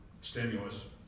stimulus